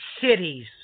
cities